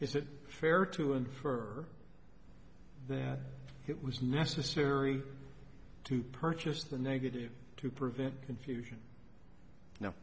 is it fair to infer that it was necessary to purchase the negative to prevent confusion now